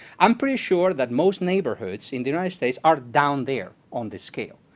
i'm pretty sure that most neighborhoods in the united states are down there on this scale.